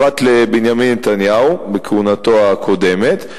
פרט לבנימין נתניהו בכהונתו הקודמת,